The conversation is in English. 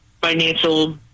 financial